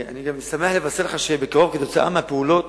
אני גם שמח לבשר לך שבקרוב, כתוצאה מהפעולות